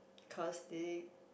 cause they